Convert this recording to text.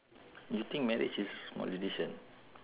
you think marriage is small decision